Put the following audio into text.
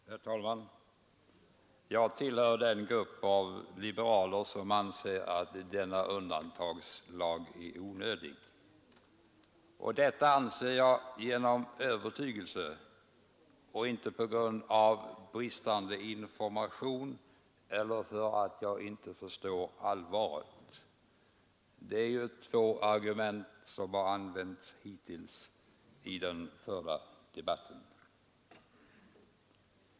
Herr talman! Jag tillhör den grupp av liberaler som anser att denna undantagslag är onödig. Detta anser jag av övertygelse och inte på grund av bristande information eller därför att jag inte förstår allvaret; det är två argument som använts hittills i den förda debatten.